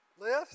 list